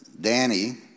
Danny